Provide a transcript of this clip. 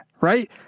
Right